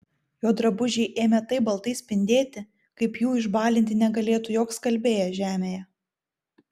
jo drabužiai ėmė taip baltai spindėti kaip jų išbalinti negalėtų joks skalbėjas žemėje